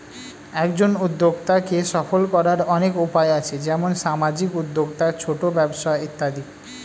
একজন উদ্যোক্তাকে সফল করার অনেক উপায় আছে, যেমন সামাজিক উদ্যোক্তা, ছোট ব্যবসা ইত্যাদি